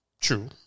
True